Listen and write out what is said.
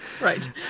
Right